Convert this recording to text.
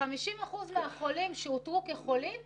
50% מהחולים שאותרו כחולים --- לא,